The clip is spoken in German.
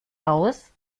aus